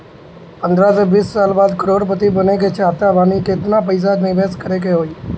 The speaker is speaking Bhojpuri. पंद्रह से बीस साल बाद करोड़ पति बने के चाहता बानी केतना पइसा निवेस करे के होई?